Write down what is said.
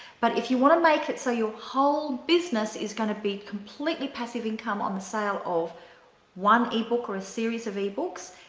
but if you want to make it so your whole business is going to be passive income on the sale of one ebook or a series of ebooks,